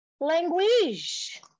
language